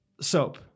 soap